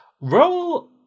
roll